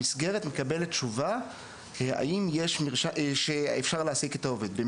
המסגרת מקבלת תשובה שאפשר להעסיק את העובד.